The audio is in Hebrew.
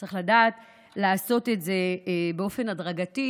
צריך לדעת לעשות את זה באופן הדרגתי,